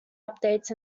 updates